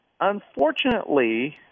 Unfortunately